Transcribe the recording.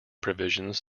provisions